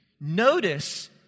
Notice